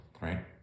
right